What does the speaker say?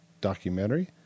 documentary